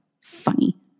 funny